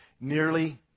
Nearly